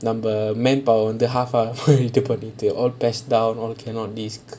I'm the manpower im the half all press down all cannot list